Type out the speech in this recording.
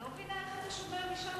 אני לא מבינה איך אתה שומע משם,